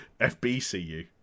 FBCU